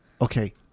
Okay